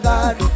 God